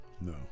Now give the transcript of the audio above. No